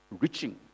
reaching